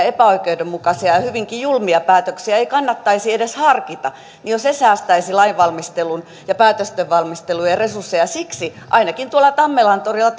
epäoikeudenmukaisia ja ja hyvinkin julmia päätöksiä ei kannattaisi edes harkita jo se säästäisi lain ja päätöstenvalmistelun resursseja siksi ainakin tuolla tammelantorilla